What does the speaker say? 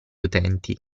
utenti